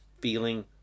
feeling